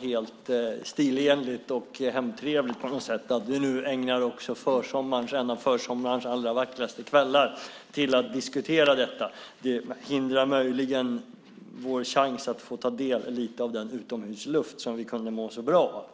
helt stilenligt och hemtrevligt på något sätt att vi nu ägnar också en av försommarens allra vackraste kvällar till att diskutera detta. Det hindrar dock möjligen vår chans att ta del av lite av den utomhusluft vi skulle må så bra av.